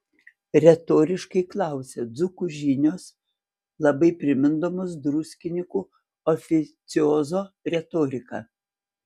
retoriškai klausia dzūkų žinios labai primindamos druskininkų oficiozo retoriką